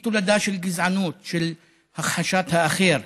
היא תולדה של גזענות, של הכחשת האחר,